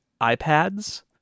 iPads